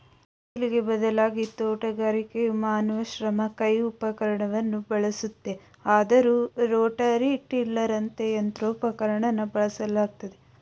ನೇಗಿಲಿಗೆ ಬದಲಾಗಿ ತೋಟಗಾರಿಕೆಯು ಮಾನವ ಶ್ರಮ ಕೈ ಉಪಕರಣವನ್ನು ಬಳಸುತ್ತೆ ಆದರೂ ರೋಟರಿ ಟಿಲ್ಲರಂತ ಯಂತ್ರೋಪಕರಣನ ಬಳಸಲಾಗ್ತಿದೆ